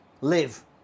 live